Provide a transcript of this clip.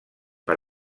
per